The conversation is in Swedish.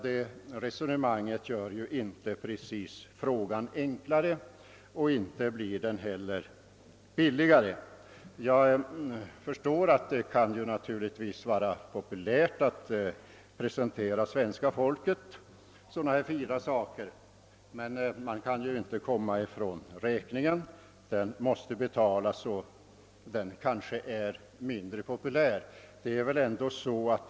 Detta resonemang gör inte precis frågan enklare, och inte heller blir reformen billigare. Det kan naturligtvis vara populärt att presentera svenska folket sådana fina förslag, men man kan inte komma ifrån räkningen; den måste betalas, och det kanske är mindre populärt.